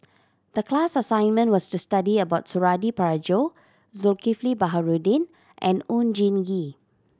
the class assignment was to study about Suradi Parjo Zulkifli Baharudin and Oon Jin Gee